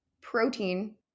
protein